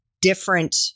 different